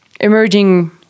emerging